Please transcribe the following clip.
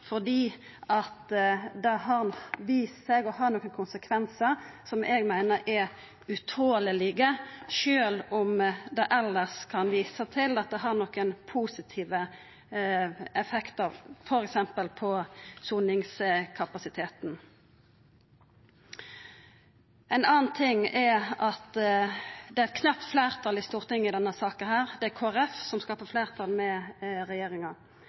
det har vist seg å ha nokre konsekvensar som eg meiner er utolelege, sjølv om ein elles kan visa til at dette òg har nokre positive effektar, f.eks. på soningskapasiteten. Ein annan ting er at det er eit knapt fleirtal i Stortinget i denne saka. Det er Kristeleg Folkeparti som skapar fleirtal med regjeringa.